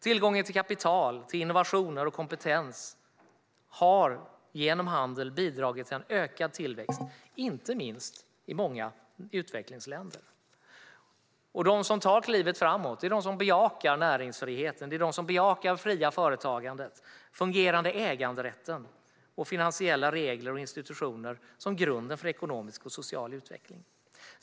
Tillgången till kapital, innovationer och kompetens har genom handel bidragit till en ökad tillväxt - inte minst i många utvecklingsländer. De som tar klivet framåt är de som bejakar näringsfriheten, det fria företagandet, fungerande äganderätt och finansiella regler och institutioner som grunden för ekonomisk och social utveckling.